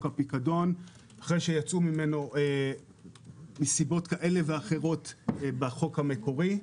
הפיקדון אחרי שיצאו ממנו מסיבות כאלה ואחרות בחוק המקורי.